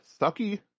sucky